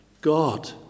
God